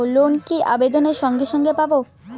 Loan কি আবেদনের সঙ্গে সঙ্গে পাব?